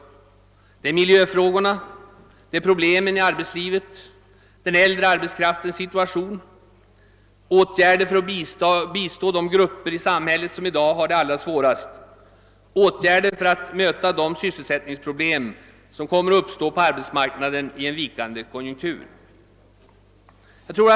De gäller miljöfrågorna, arbetslivet, den äldre arbetskraftens situation, åtgärder för att bistå de grupper i samhället som i dag har det allra svårast och åtgärder för att möta de sysselsättningsproblem som kommer att uppstå på arbetsmarknaden i vikande konjunktur.